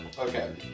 Okay